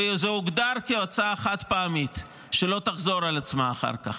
וזה הוגדר כהוצאה חד-פעמית שלא תחזור על עצמה אחר-כך.